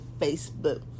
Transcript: facebook